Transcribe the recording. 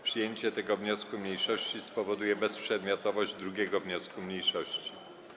Przyjęcie tego wniosku mniejszości spowoduje bezprzedmiotowość 2. wniosku mniejszości.